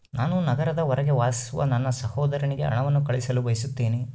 ನಾನು ನಗರದ ಹೊರಗೆ ವಾಸಿಸುವ ನನ್ನ ಸಹೋದರನಿಗೆ ಹಣವನ್ನು ಕಳುಹಿಸಲು ಬಯಸುತ್ತೇನೆ